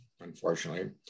unfortunately